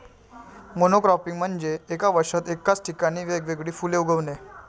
monocropping म्हणजे एका वर्षात एकाच ठिकाणी वेगवेगळी फुले उगवणे